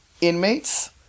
inmates